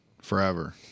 forever